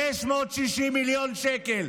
560 מיליון שקל,